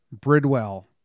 Bridwell